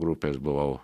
grupės buvau